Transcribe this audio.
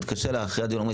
מתקשר אליי אחרי הדיון ואומר,